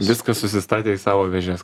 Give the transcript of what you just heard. viskas susistatė į savo vėžes